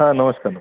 हा नमस्कार